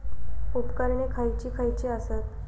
उपकरणे खैयची खैयची आसत?